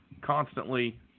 constantly